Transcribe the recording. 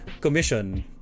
Commission